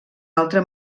altre